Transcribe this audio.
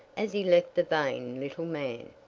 as he left the vain little man.